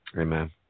Amen